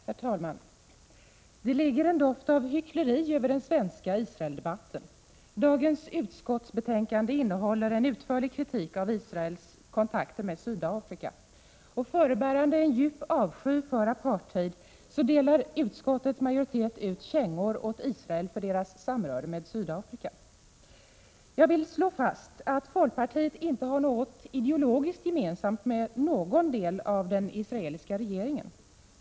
Herr talman! Det ligger en doft av hyckleri över den svenska Israeldebatten. Dagens utskottsbetänkande innehåller en utförlig kritik av Israels kontakter med Sydafrika, och förebärande en djup avsky för apartheid delar utskottets majoritet ut kängor åt Israel för dess samröre med Sydafrika. Jag vill slå fast att folkpartiet inte har något ideologiskt gemensamt med den israeliska regeringen.